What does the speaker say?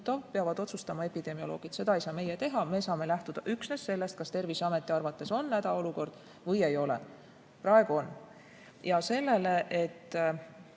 peavad otsustama epidemioloogid, seda ei saa meie teha. Me saame lähtuda üksnes sellest, kas Terviseameti arvates on hädaolukord või ei ole. Praegu on. Kui Tallinnas